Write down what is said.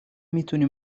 میتونی